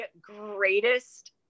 greatest